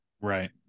right